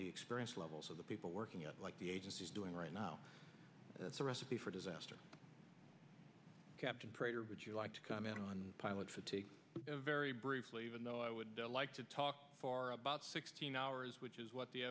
the experience levels of the people working out like the agency is doing right now that's a recipe for disaster captain prater would you like to comment on pilot fatigue very briefly even though i would like to talk for about sixteen hours which is what the